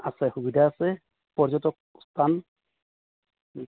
আছে সুবিধা আছে পৰ্যটক স্থান